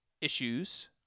issues